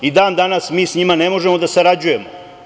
I dan danas mi sa njima ne možemo da sarađujemo.